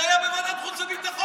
זה היה בוועדת החוץ וביטחון.